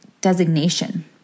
designation